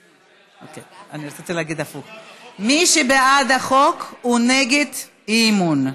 רציתי להגיד הפוך: מי שבעד החוק הוא נגד אי-אמון,